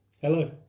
Hello